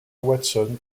watson